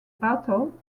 battle